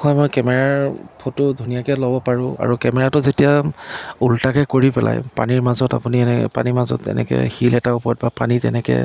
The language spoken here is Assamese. হয় মই কেমেৰাৰ ফটো ধুনীয়াকৈ ল'ব পাৰোঁ আৰু কেমেৰাটো যেতিয়া ওলোটাকৈ কৰি পেলাই পানীৰ মাজত আপুনি এনেকৈ পানীৰ মাজত এনেকৈ শিল এটাৰ ওপৰত বা পানীত এনেকৈ